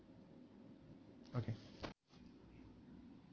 okay